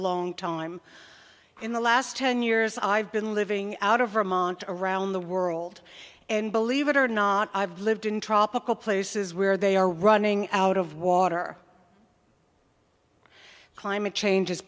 long time in the last ten years i've been living out of vermont around the world and believe it or not i've lived in tropical places where they are running out of water climate change